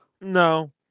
No